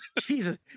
Jesus